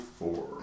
four